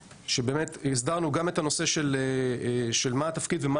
שבאמת הסדרנו גם את הנושא של מה התפקיד ומה